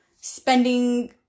spending